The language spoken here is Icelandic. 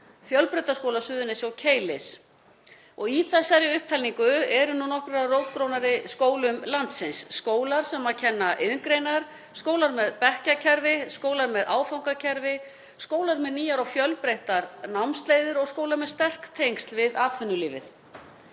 Fjölbrautaskóla Suðurnesja og Keilis. Í þessari upptalningu eru nokkrir af rótgrónari skólum landsins; skólar sem kenna iðngreinar, skólar með bekkjakerfi, skólar með áfangakerfi, skólar með nýjar og fjölbreyttar námsleiðir og skólar með sterk tengsl við atvinnulífið.